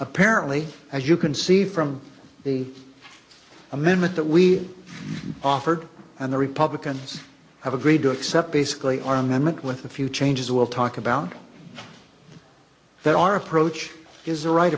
apparently as you can see from the amendment that we offered and the republicans have agreed to accept basically armament with a few changes we'll talk about that our approach is the right